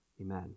Amen